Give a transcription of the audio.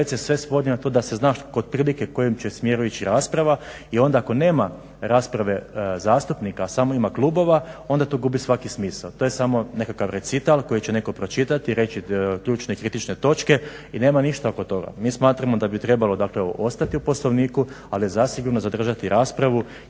sve svodi na to da se zna otprilike u kojem će smjeru ići rasprava i onda ako nema rasprave zastupnika samo ima klubova onda tu gubi svaki smisao. To je samo nekakav recital koji će netko pročitati i reći ključne i kritične točke i nema ništa oko toga. Mi smatramo da bi trebalo ostati u poslovniku ali zasigurno zadržati raspravu